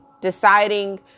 deciding